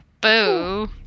Boo